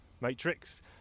Matrix